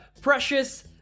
Precious